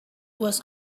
was